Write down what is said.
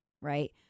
right